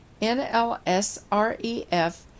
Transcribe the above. nlsref